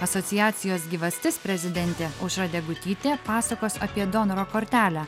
asociacijos gyvastis prezidentė aušra degutytė pasakos apie donoro kortelę